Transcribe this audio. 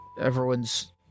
everyone's